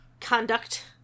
conduct